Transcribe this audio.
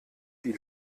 die